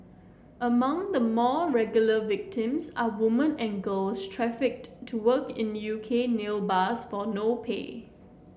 among the more regular victims are woman and girls trafficked to work in U K nail bars for no pay